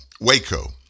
Waco